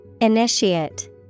Initiate